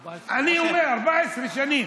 14. אני אומר: 14 שנים.